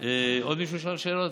עוד מישהו שאל שאלות?